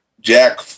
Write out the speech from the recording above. jack